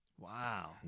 Wow